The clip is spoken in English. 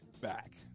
back